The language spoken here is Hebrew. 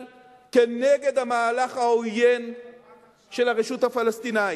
כנגד המהלך העוין של הרשות הפלסטינית.